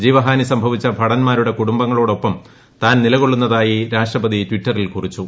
ജീവഹാനി സംഭവിച്ച ഭടന്മാരുടെ കുടുംബങ്ങളോടൊപ്പം താൻ നിലകൊള്ളുന്നതായി രാഷ്ട്രപതി ട്വിറ്ററിൽ കുറിച്ചു